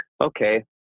okay